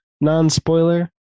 non-spoiler